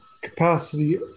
capacity